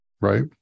Right